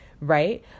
right